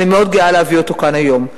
ואני מאוד גאה להביא אותו כאן היום.